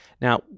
Now